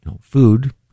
food